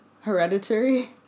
Hereditary